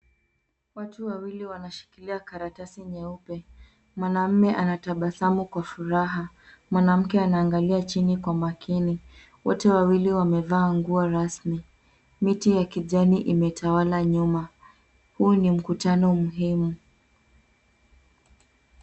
Watu wawili wanashikilia karatasi nyeupe. Mwanamume anatabasamu kwa furaha, mwanamke anaangalia chini kwa makini. Wote wawili wamevaa nguo rasmi. Miti ya kijani imetawala nyuma. Huu ni mkutano muhimu.